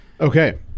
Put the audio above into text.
Okay